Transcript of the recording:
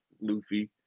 Luffy